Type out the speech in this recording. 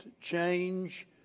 change